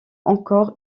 encore